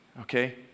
Okay